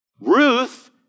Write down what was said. Ruth